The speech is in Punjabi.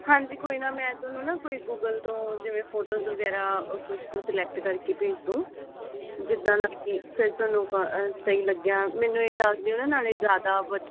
ਹਾਂਜੀ ਕੋਈ ਨਾ ਮੈਂ ਤੁਹਾਨੂੰ ਨਾ ਕੋਈ ਗੂਗਲ ਤੋਂ ਜਿਵੇਂ ਫੋਟੋਜ਼ ਵਗੈਰਾ ਕੁਛ ਕੁਛ ਸਲੈਕਟ ਕਰਕੇ ਭੇਜ ਦੋ ਜਿੱਦਾਂ ਦਾ ਫਿਰ ਤੁਹਾਨੂੰ ਸਹੀ ਲੱਗਿਆ ਮੈਨੂੰ ਇਹ ਦੱਸ ਦਿਓ ਨਾ ਨਾਲੇ ਜਿਆਦਾ